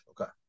Okay